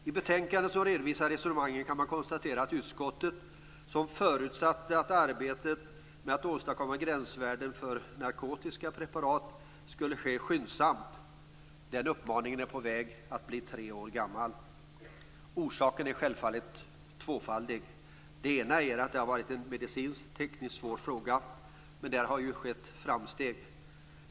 Av betänkandet framgår att utskottet förutsatte att arbetet med att åstadkomma gränsvärden för narkotiska preparat skulle ske skyndsamt. Den uppmaningen är på väg att bli tre år gammal. Orsaken är självfallet tvåfaldig: Den ena är att det har varit en medicinskt-tekniskt svår fråga. Men där har skett framsteg.